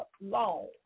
long